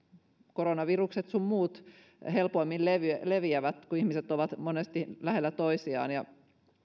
koronavirukset sun muut helpoimmin leviävät leviävät kun ihmiset ovat monesti lähellä toisiaan ja